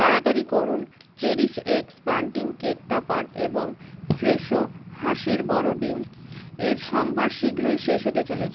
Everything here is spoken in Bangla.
তাড়াতাড়ি করুন Cherish X bunting cake topper এবং ফ্রেশো হাঁসের বড় ডিম এর সম্ভার শীঘ্রই শেষ হতে চলেছে